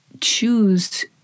choose